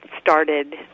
started